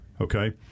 Okay